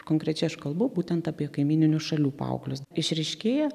konkrečiai aš kalbu būtent apie kaimyninių šalių paauglius išryškėja